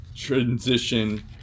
transition